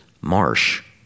marsh